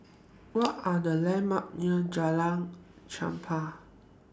What Are The landmarks near Jalan Chempah